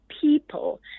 people